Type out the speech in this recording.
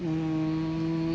um